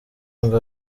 ngo